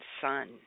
Son